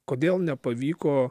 kodėl nepavyko